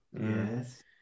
Yes